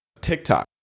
TikTok